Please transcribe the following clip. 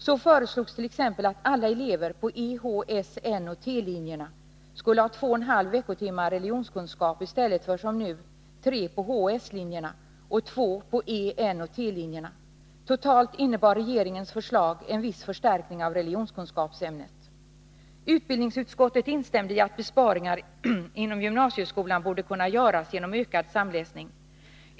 Så föreslogs t.ex. att alla elever på E-, H-, S-, N och T-linjerna skulle ha två och en halv veckotimmar religionskunskap i stället för som nu tre på H och S-linjerna och två på E-, N och T-linjerna. Totalt innebar regeringens förslag en viss förstärkning av religionskunskapsämnet. Utbildningsutskottet instämde i att besparingar inom gymnasieskolan borde kunna göras genom ökad samläsning.